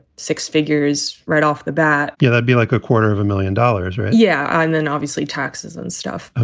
six figures right off the bat, you know, i'd be like a quarter of a million dollars, right? yeah. i mean, obviously, taxes and stuff.